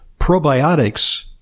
probiotics